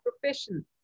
profession